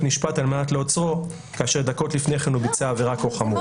משפט על מנת לעצרו כאשר דקות לפני כן הוא ביצע עבירה כה חמורה.